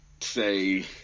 say